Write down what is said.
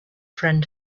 friend